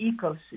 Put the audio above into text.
ecosystem